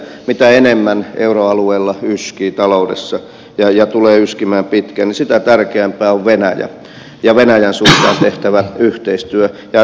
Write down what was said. mitä enemmän euroalueella yskii taloudessa ja tulee yskimään pitkään niin sitä tärkeämpää on venäjä ja venäjän suuntaan tehtävä yhteistyö